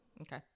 okay